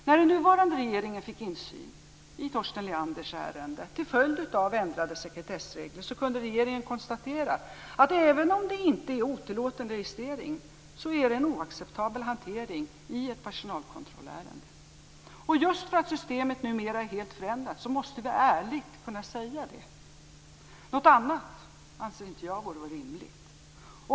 När den nuvarande regeringen fick insyn i Torsten Leanders ärende till följd av ändrade sekretessregler kunde regeringen konstatera att även om det inte är otillåten registrering är det en oacceptabel hantering i ett personalkontrollärende. Just för att systemet numera är helt förändrat måste vi ärligt kunna säga det. Något annat anser inte jag vore rimligt.